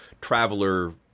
traveler